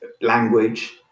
language